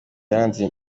yaranze